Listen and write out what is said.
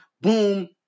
Boom